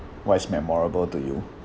what is memorable to you